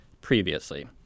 previously